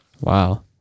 Wow